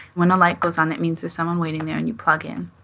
when a light goes on, it means there's someone waiting there, and you plug in.